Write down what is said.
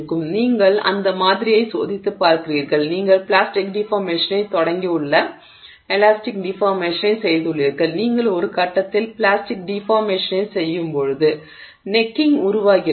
எனவே நீங்கள் அந்த மாதிரியைச் சோதித்துப் பார்க்கிறீர்கள் நீங்கள் பிளாஸ்டிக் டிஃபார்மேஷனை தொடங்கியுள்ள எலாஸ்டிக் டிஃபார்மேஷனைச் செய்துள்ளீர்கள் நீங்கள் ஒரு கட்டத்தில் பிளாஸ்டிக் டிஃபார்மேஷனைச் செய்யும்போது கழுத்து உருவாகிறது